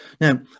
Now